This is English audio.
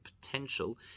potential